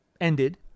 ended